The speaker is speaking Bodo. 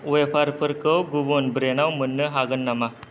वेफारफोरखौ गुबुन ब्रेन्डाव मोन्नो हागोन नामा